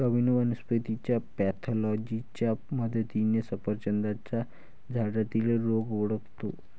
प्रवीण वनस्पतीच्या पॅथॉलॉजीच्या मदतीने सफरचंदाच्या झाडातील रोग ओळखतो